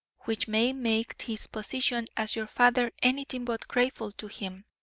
which may make his position as your father anything but grateful to him.